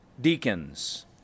deacons